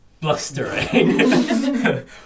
blustering